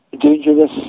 Dangerous